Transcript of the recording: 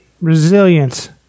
Resilience